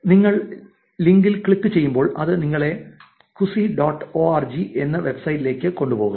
നിങ്ങൾ ലിങ്കിൽ ക്ലിക്ക് ചെയ്യുമ്പോൾ അത് നിങ്ങളെ കുസി ഡോട്ട് ഓർഗ് എന്ന വെബ്സൈറ്റിലേക്ക് കൊണ്ടുപോകും